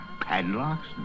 padlocks